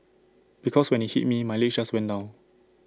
because when IT hit me my legs just went down